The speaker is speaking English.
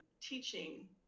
teaching